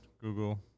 Google